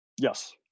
Yes